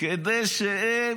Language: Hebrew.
כדי שהם,